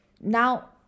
now